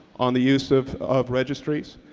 on the use of of registries.